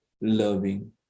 Loving